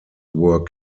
were